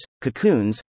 cocoons